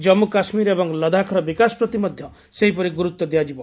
ଜାମ୍ମୁ ଓ କାଶ୍ମୀର ଏବଂ ଲଦାଖର ବିକାଶ ପ୍ରତି ମଧ୍ୟ ସେହିପରି ଗୁରୁତ୍ୱ ଦିଆଯିବ